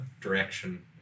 direction